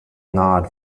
nod